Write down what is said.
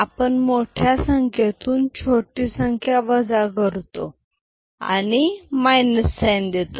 आपण मोठ्या संख्येतून छोटी संख्या वजा करतो आणि मायनस साईन देतो